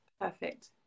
perfect